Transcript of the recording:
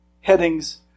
headings